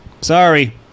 Sorry